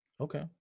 Okay